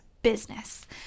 business